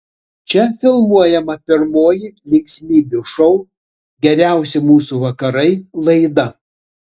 čia filmuojama pirmoji linksmybių šou geriausi mūsų vakarai laida